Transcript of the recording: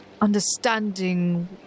understanding